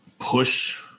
push